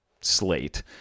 slate